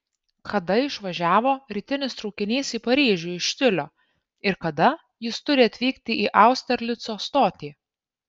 kada išvažiavo rytinis traukinys į paryžių iš tiulio ir kada jis turi atvykti į austerlico stotį